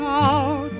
out